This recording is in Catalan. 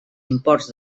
imports